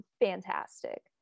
fantastic